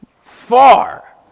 far